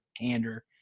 candor